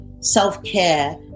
self-care